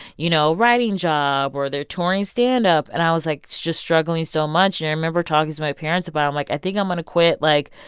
you know writing job, or they're touring standup. and i was, like, just struggling so much and i remember talking to my parents about it. i'm like, i think i'm going to quit. like,